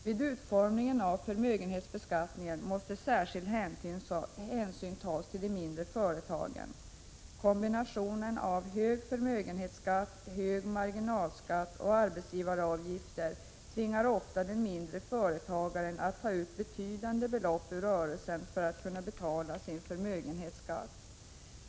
Vid utformningen av förmögenhetsbeskattningen måste särskild hänsyn tas till de mindre företagen. Kombinationen av hög förmögenhetsskatt, hög marginalskatt och arbetsgivaravgifter tvingar ofta den mindre företagaren att ta ut betydande belopp ur rörelsen för att kunna betala sin förmögenhetsskatt.